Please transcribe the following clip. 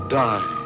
die